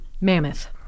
Mammoth